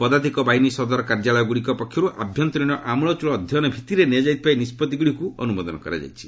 ପଦାତିକ ବାହିନୀ ସଦର କାର୍ଯ୍ୟାଳୟଗୁଡ଼ିକ ପକ୍ଷରୁ ଆଭ୍ୟନ୍ତରୀଣ ଆମ୍ବଳଚ୍ଚଳ ଅଧ୍ୟୟନ ଭିତ୍ତିରେ ନିଆଯାଇଥିବା ଏହି ନିଷ୍ପଭିଗୁଡ଼ିକୁ ଅନୁମୋଦନ କରାଯାଇଛି